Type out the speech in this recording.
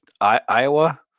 Iowa